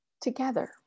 together